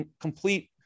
complete